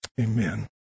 Amen